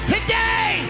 Today